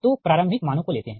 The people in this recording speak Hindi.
तो प्रारंभिक मानों को लेते है